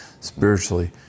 spiritually